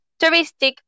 touristic